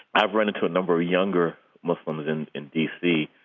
i've run into a number of younger muslims in in d c.